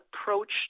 approach